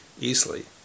easily